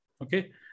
okay